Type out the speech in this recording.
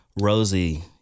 Rosie